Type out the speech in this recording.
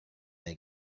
they